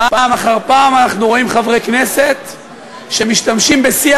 פעם אחר פעם אנחנו רואים חברי כנסת שמשתמשים בשיח